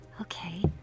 Okay